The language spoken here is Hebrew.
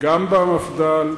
וגם במפד"ל.